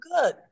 good